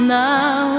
now